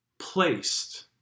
Placed